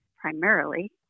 primarily